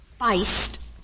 Feist